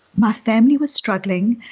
my family was struggling.